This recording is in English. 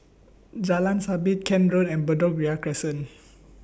Jalan Sabit Kent Road and Bedok Ria Crescent